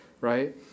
right